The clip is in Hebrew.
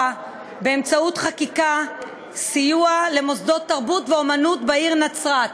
באמצעות חקיקה סיוע למוסדות תרבות ואמנות בעיר נצרת.